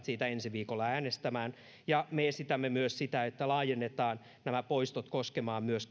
siitä ensi viikolla äänestämään ja me esitämme myös sitä että laajennetaan nämä poistot koskemaan myös